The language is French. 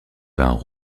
vins